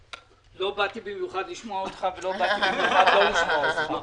יש כללים ידועים וברורים שמבחינים בין